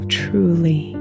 truly